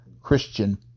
Christian